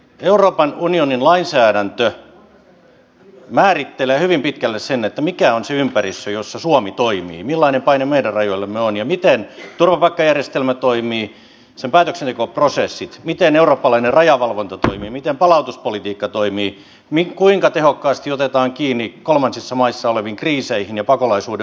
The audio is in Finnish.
euroopan unionin lainsäädäntö määrittelee hyvin pitkälle sen mikä on se ympäristö jossa suomi toimii millainen paine meidän rajoillamme on ja miten turvapaikkajärjestelmä ja sen päätöksentekoprosessit toimivat miten eurooppalainen rajavalvonta toimii miten palautuspolitiikka toimii kuinka tehokkaasti otetaan kiinni kolmansissa maissa oleviin kriiseihin ja pakolaisuuden ongelmiin